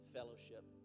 Fellowship